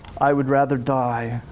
i would rather die,